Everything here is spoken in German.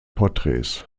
porträts